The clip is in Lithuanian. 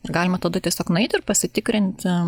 ir galima tada tiesiog nueiti ir pasitikrinti